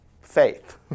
faith